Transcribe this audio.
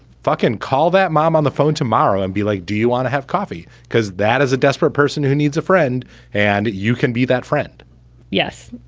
fuckin call that mom on the phone tomorrow and be like, do you want to have coffee? because that is a desperate person who needs a friend and you can be that friend yes.